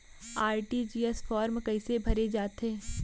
RTGS form कइसे भरे जाथे?